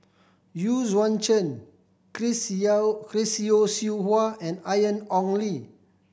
Yu Yuan Zhen Chris Yao Chris Yeo Siew Hua and Ian Ong Li